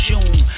June